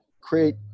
create